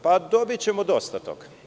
Pa, dobićemo dosta toga.